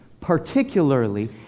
particularly